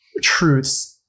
truths